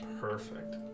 perfect